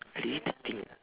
I lazy to think ah